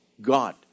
God